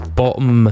bottom